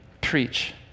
preach